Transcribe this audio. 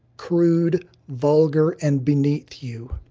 crude, vulgar, and beneath you.